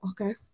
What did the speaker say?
okay